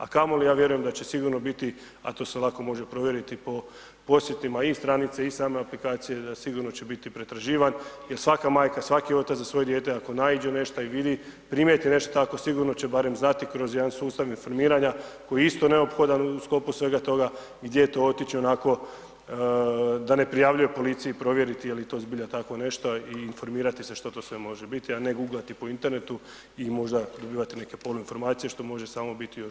A kamoli ja vjerujem da će sigurno biti, a to se lako može provjeriti po posjetima i stranice i same aplikacije da sigurno će biti pretraživan, jer svaka majka, svaki otac za svoje dijete, ako naiđe nešto i vidi, primijeti nešto takvo sigurno će barem znati, kroz jedan sustav reformiranja koji je isto neophodan u sklopu svega toga, gdje to otići onako da ne prijavljuje policiji, provjeriti, je li to zbilja tako nešto i formirati se što to sve može biti a ne googlati po internetu i možda dobivati neke poluinformacije, što može biti samo još gore.